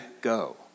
go